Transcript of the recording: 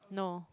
no